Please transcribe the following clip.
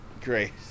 Great